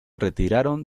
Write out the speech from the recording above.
retiraron